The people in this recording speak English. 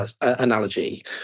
analogy